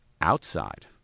outside